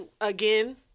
again